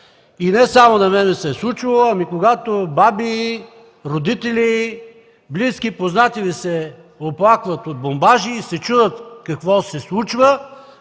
Не само на мен ми се е случвало. Когато баби, родители, близки и познати ми се оплакват от бомбажи и се чудят какво се случва,